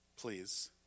Please